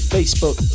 Facebook